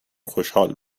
خوشحال